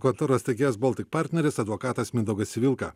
kontoros steigėjas boltik partneris advokatas mindaugas civilka